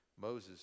Moses